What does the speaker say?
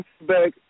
back